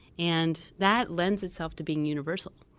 and that lends itself to being universal,